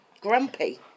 grumpy